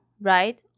right